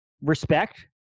respect